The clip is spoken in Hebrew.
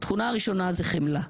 התכונה הראשונה זה חמלה.